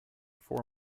four